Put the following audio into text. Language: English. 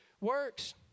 works